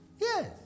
Yes